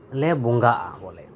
ᱞᱮ ᱵᱚᱸᱜᱟᱜᱼᱟ ᱵᱚᱞᱮ